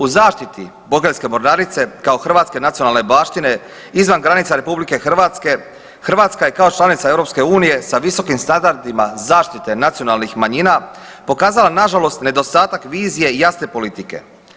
U zaštiti Bokeljske mornarice kao hrvatske nacionalne baštine izvan granica RH, Hrvatska je kao članica EU sa visokim standardima zaštite nacionalnih manjina pokazala nažalost nedostatak vizije i jasne politike.